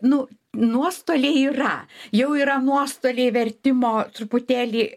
nu nuostoliai yra jau yra nuostoliai vertimo truputėlį